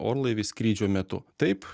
orlaivį skrydžio metu taip